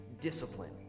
discipline